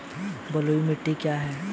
बलुई मिट्टी क्या है?